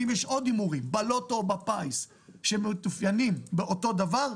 ואם יש עוד הימורים בלוטו או בפיס שמאופיינים באותו הדבר,